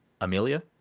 Amelia